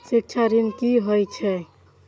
शिक्षा ऋण की होय छै?